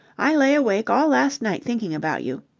i lay awake all last night thinking about you.